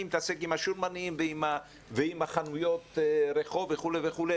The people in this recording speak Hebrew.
אני מתעסק עם השולמנים ועם החנויות רחוב וכו' וכו',